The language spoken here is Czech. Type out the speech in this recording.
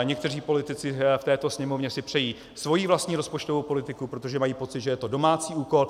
Někteří politici v této Sněmovně si přejí svoji vlastní rozpočtovou politiku, protože mají pocit, že to je domácí úkol.